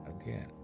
again